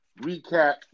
recap